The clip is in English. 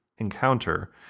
encounter